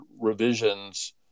revisions